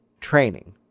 training